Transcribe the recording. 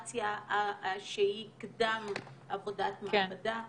האדמיניסטרציה שהיא קדם עבודת מעבדה.